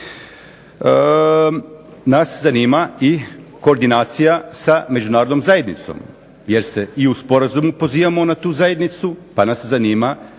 nas zanima i koordinacija sa međunarodnom zajednicom, jer se i u sporazumu pozivamo na tu zajednicu, pa nas zanima